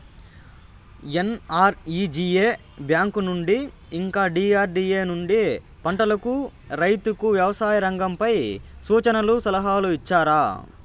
NREGA bank నుండి ఇంకా DRDA నుండి పంటలకు రైతుకు వ్యవసాయ రంగంపై సూచనలను సలహాలు ఇచ్చారా